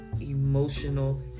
emotional